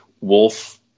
wolf